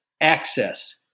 access